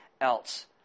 else